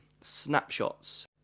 snapshots